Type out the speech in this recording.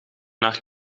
naar